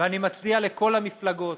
ואני מצדיע לכל המפלגות,